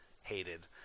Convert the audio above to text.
hated